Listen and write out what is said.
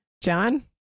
John